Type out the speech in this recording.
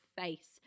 face